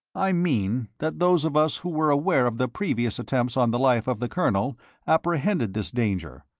i mean that those of us who were aware of the previous attempts on the life of the colonel apprehended this danger.